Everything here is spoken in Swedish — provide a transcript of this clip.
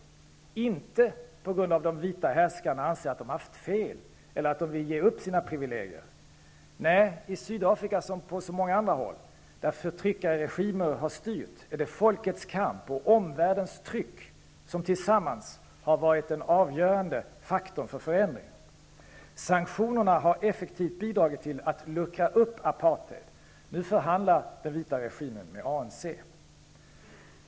Orsaken till detta är inte att de vita härskarna anser att de har haft fel eller att de vill ge upp sina privilegier. Nej, i Sydafrika som på så många andra håll där förtryckarregimer har styrt, är det folkets kamp och omvärldens tryck som tillsammans har varit den avgörande faktorn för förändringen. Sanktionerna har effektivt bidragit till att luckra upp apartheid. Nu förhandlar den vita regimen med ANC.